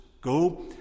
Go